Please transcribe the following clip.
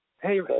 Hey